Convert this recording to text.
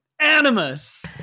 Animus